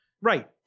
Right